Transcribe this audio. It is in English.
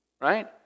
right